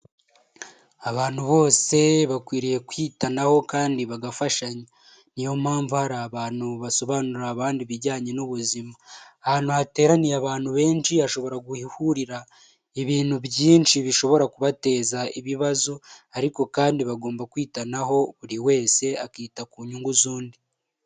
Abantu bose bakwiriye kwitanaho kandi bagafashanya niyo mpamvu hari abantu basobanurira abandi ibijyanye n'ubuzima, ahantu hateraniye abantu benshishobora guhurira ibintu byinshi bishobora kubateza ibibazo ariko kandi bagomba kwitanaho buri wese akita ku nyungu z'undi.